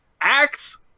Axe